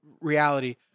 reality